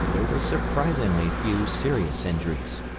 there were surprisingly few serious injuries.